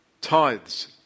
tithes